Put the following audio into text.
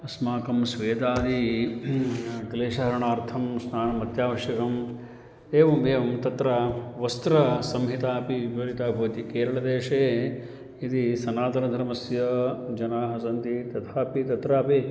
अस्माकं स्वेदादि क्लेशहरणार्थं स्नानम् अत्यावश्यकम् एवमेवं तत्र वस्त्रसंहिता अपि विपरीता भवति केरळदेशे यदि सनातनधर्मस्य जनाः सन्ति तथापि तत्रापि